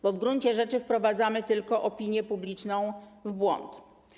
Bo w gruncie rzeczy wprowadzamy tylko opinię publiczną w błąd.